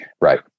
Right